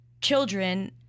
children